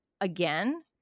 again